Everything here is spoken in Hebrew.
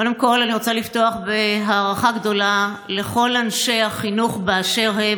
קודם כול אני רוצה לפתוח בהערכה גדולה לכל אנשי החינוך באשר הם,